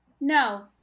No